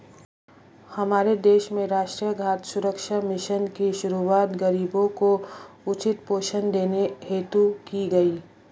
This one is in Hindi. हमारे देश में राष्ट्रीय खाद्य सुरक्षा मिशन की शुरुआत गरीबों को उचित पोषण देने हेतु की गई